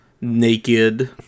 naked